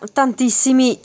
tantissimi